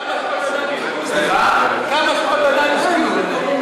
כמה שעות אדם השקיעו בזה?